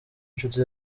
inshuti